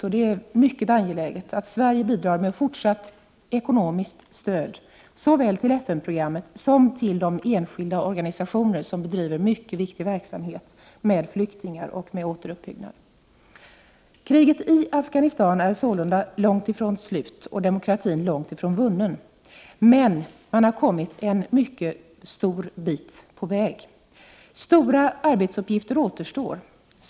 Vidare är det mycket angeläget att Sverige bidrar med fortsatt ekonomiskt stöd såväl till FN programmet som till de enskilda organisationer som bedriver den mycket viktiga verksamheten med flyktingarna och återuppbyggnaden. Kriget i Afghanistan är således långt ifrån slut, och demokratin är långt ifrån vunnen. Men man har kommit en bra bit på vägen. Stora arbetsuppgifter återstår dock.